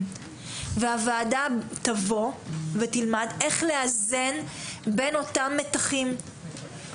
והוועדה תלמד איך לאזן בין אותם מתחים.